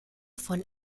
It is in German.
von